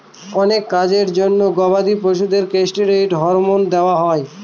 অনেক কাজের জন্য গবাদি পশুদের কেষ্টিরৈড হরমোন দেওয়া হয়